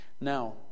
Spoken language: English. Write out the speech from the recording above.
Now